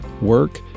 work